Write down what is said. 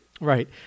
Right